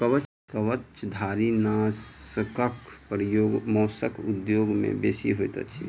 कवचधारीनाशकक प्रयोग मौस उद्योग मे बेसी होइत अछि